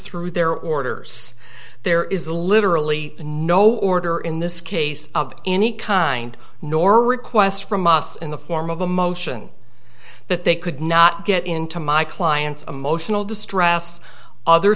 through their orders there is literally no order in this case of any kind nor request from us in the form of a motion that they could not get into my client's emotional distress other